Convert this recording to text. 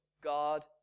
God